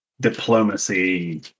diplomacy